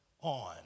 on